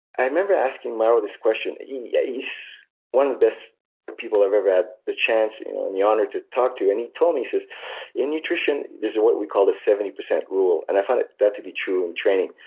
i remember asking mario this question. yeah he's one of the best people i've ever had the chance you know and the honor to talk to. and he told me that in nutrition, there's what we call the seventy percent rule. and i find that to be true in training.